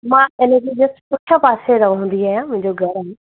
मां इन जे बसि पुठियों पासे रहंदी आहियां मुंहिंजो घरु आहे